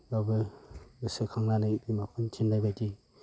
गावबो गोसोखांनानै बिमाफोरनि थिननाय बायदि